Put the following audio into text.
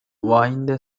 வாய்ந்த